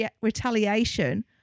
retaliation